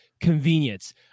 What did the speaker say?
convenience